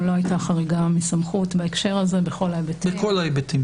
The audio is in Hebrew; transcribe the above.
לא הייתה חריגה מסמכות בהקשר הזה בכל ההיבטים.